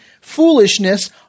foolishness